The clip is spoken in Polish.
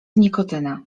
nikotyna